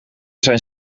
zijn